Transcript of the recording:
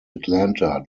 atlanta